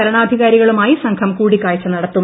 ഭരണാധികാരികളുമായി സംഘം കൂടിക്കാഴ്ച നടത്തും